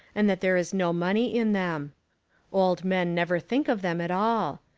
and that there is no money in them old men never think of them at all.